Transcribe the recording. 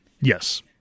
Yes